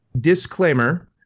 disclaimer